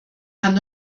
kann